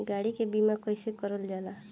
गाड़ी के बीमा कईसे करल जाला?